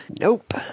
Nope